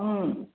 ꯎꯝ